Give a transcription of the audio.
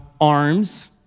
arms